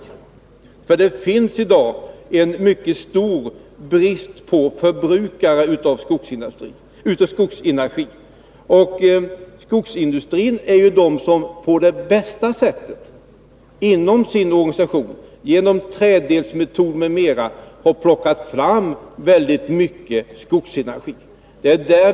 Det finns i dag en mycket stor brist på förbrukare av skogsenergi. Och skogsindustrin är den som på bästa sätt inom sin organisation, genom trädelsmetod m.m., har plockat fram väldigt mycket skogsenergi.